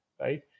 right